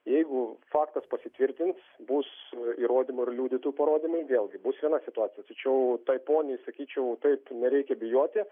jeigu faktas pasitvirtins bus įrodymų ir liudytojų parodymai vėlgi bus viena situacija tačiau tai poniai sakyčiau taip nereikia bijoti